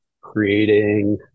creating